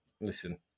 listen